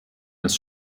ist